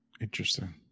Interesting